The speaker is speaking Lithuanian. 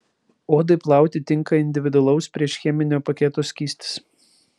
odai plauti tinka individualaus priešcheminio paketo skystis